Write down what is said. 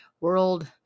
World